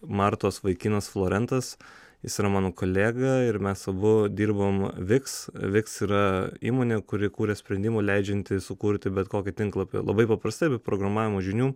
martos vaikinas florentas jis yra mano kolega ir mes abu dirbam viks viks yra įmonė kuri kuria sprendimų leidžiantį sukurti bet kokį tinklapį labai paprastai be programavimo žinių